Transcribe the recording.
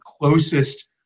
closest